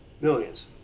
millions